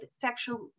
sexual